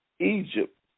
Egypt